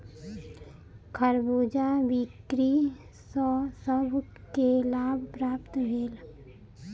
खरबूजा बिक्री सॅ सभ के लाभ प्राप्त भेल